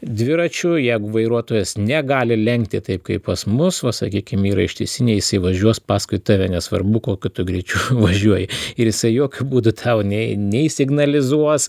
dviračiu jeigu vairuotojas negali lenkti taip kaip pas mus va sakykim yra ištisiniai jisai važiuos paskui tave nesvarbu kokiu greičiu važiuoji ir jisai jokiu būdu tau nei nei signalizuos